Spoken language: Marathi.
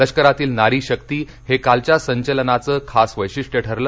लष्करातील नारी शक्ती हे कालच्या संचलनाचं खास वश्विष्ट्य ठरलं